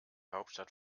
hauptstadt